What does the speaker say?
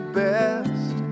best